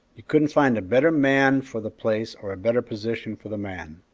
you couldn't find a better man for the place or a better position for the man.